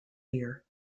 here